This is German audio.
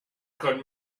können